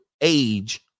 age